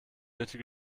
nötige